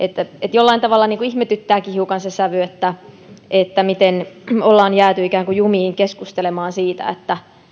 jollain tavalla hiukan ihmetyttääkin se sävy miten on jääty ikään kuin jumiin keskustelemaan siitä